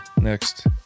next